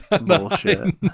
bullshit